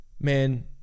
man